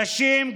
נשים,